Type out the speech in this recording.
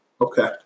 Okay